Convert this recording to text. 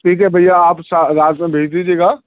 ٹھیک ہے بھیا آپ سا رات میں بھیج دیجیے گا